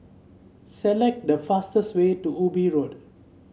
select the fastest way to Ubi Road